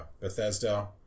Bethesda